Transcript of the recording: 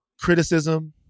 criticism